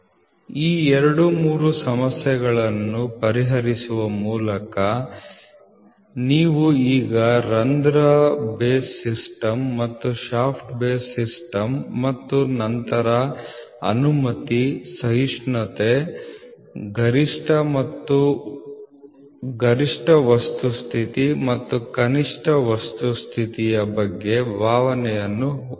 008 mm ಈ 2 3 ಸಮಸ್ಯೆಗಳನ್ನು ಪರಿಹರಿಸುವ ಮೂಲಕ ನೀವು ಈಗ ರಂಧ್ರ ಬೇಸ್ ಸಿಸ್ಟಮ್ ಮತ್ತು ಶಾಫ್ಟ್ ಬೇಸ್ ಸಿಸ್ಟಮ್ ಮತ್ತು ನಂತರ ಅನುಮತಿ ಸಹಿಷ್ಣುತೆ ಗರಿಷ್ಠ ವಸ್ತು ಸ್ಥಿತಿ ಮತ್ತು ಕನಿಷ್ಠ ವಸ್ತು ಸ್ಥಿತಿಯ ಬಗ್ಗೆ ಭಾವನೆಯನ್ನು ಹೊಂದಿರಬೇಕು